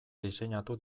diseinatu